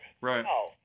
Right